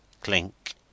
clink